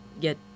get